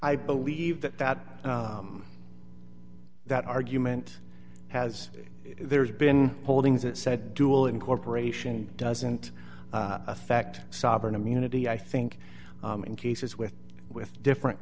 i believe that that that argument has there's been holdings that said deulin corporation doesn't affect sovereign immunity i think in cases with with different